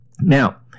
Now